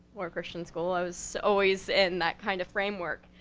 or a christian school, i was always in that kind of framework.